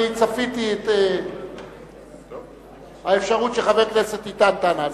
אני צפיתי את האפשרות שחבר הכנסת יטען טענה זו.